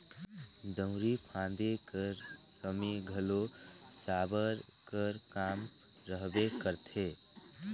दउंरी फादे कर समे घलो साबर कर काम रहबे करथे